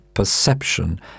perception